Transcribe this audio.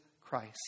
Christ